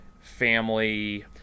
family